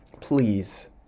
Please